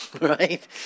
right